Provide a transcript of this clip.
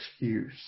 excuse